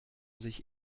sich